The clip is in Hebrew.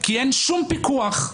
כי אין שום פיקוח.